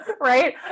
Right